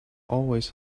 always